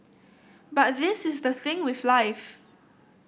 but this is the thing with life